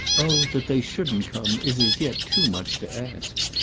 oh that they shouldn't come is as yet too much to ask.